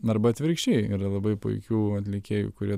arba atvirkščiai yra labai puikių atlikėjų kurie